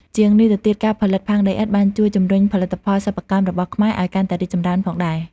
ជាងនេះទៅទៀត ការផលិតផើងដីឥដ្ឋបានជួយ ជំរុញផលិតផលសិប្បកម្មរបស់ខ្មែរ ឲ្យកាន់តែរីកចម្រើនផងដែរ។